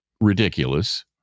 ridiculous